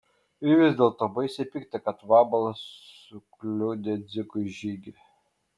ir vis dėlto baisiai pikta kad vabalas sukliudė dzikui žygį